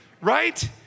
right